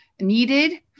needed